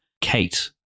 Kate